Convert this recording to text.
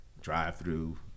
drive-through